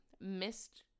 Missed